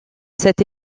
cette